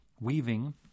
weaving